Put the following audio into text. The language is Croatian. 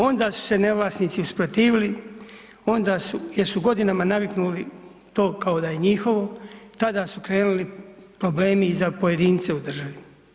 Onda su se ne vlasnici usprotivili, onda su, jel su godinama naviknuli to kao da je njihovo, tada su krenuli problemi i za pojedince u državi.